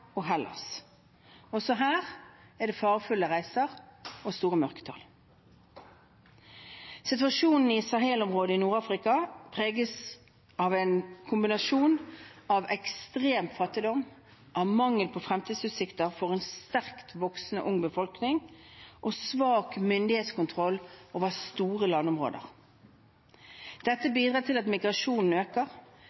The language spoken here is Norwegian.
og Hellas. Også her er det farefulle reiser og store mørketall. Situasjonen i Sahel-området i Nord-Afrika preges av en kombinasjon av ekstrem fattigdom, mangel på fremtidsutsikter for en sterkt voksende, ung befolkning og svak myndighetskontroll over store landområder. Dette bidrar til at migrasjonen øker,